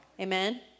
Amen